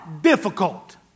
difficult